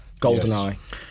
GoldenEye